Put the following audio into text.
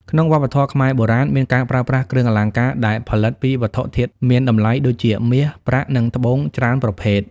ក្នុងវប្បធម៌ខ្មែរបុរាណ មានការប្រើប្រាស់គ្រឿងអលង្ការដែលផលិតពីវត្ថុធាតុមានតម្លៃដូចជាមាស ប្រាក់ និងត្បូងច្រើនប្រភេទ។